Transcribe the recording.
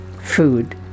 food